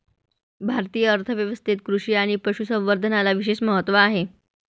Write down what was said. भारतीय अर्थ व्यवस्थेत कृषी आणि पशु संवर्धनाला विशेष महत्त्व आहे